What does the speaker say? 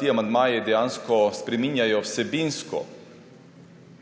ti amandmaji dejansko spreminjajo vsebinsko